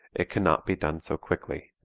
it cannot be done so quickly.